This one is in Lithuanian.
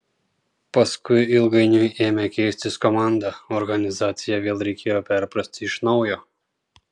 paskui ilgainiui ėmė keistis komanda organizaciją vėl reikėjo perprasti iš naujo